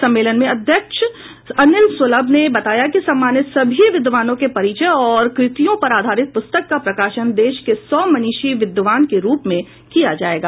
सम्मेलन के अध्यक्ष अनिल सुलभ ने बताया कि सम्मानित सभी विद्वानों के परिचय और कृतियों पर आधारित पुस्तक का प्रकाशन देश के सौ मनीषी विद्वान के रूप में किया जायेगा